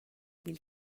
بیل